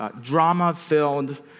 drama-filled